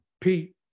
Pete